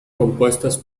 compuestas